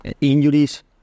injuries